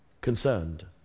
concerned